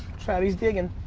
trouty's diggin'.